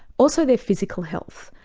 also their physical health.